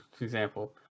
example